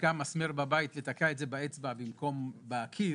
בבית ותקע אותו באצבע ולא בקיר,